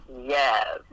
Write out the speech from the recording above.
Yes